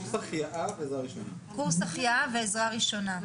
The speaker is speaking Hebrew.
קורס החייאה ועזרה ראשונה.